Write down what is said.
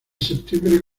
septiembre